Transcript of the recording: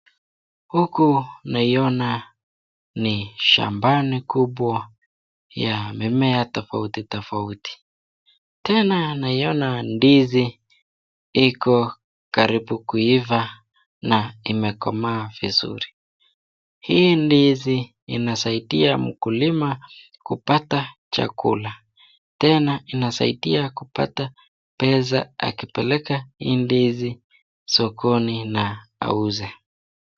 Huku naiona ni shambani kubwa ya mimmea tofauti tofauti. Tena naiona ndizi iko karibu kuiva na imekomaa vizuri. Hii ndizi inasaidia mkulima kupata chakula. Tena inasaidia kupata pesa akipeleka hii ndizi sokoni na auze.